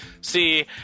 See